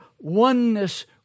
oneness